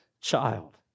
child